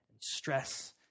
stress